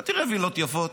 אתה תראה וילות יפות.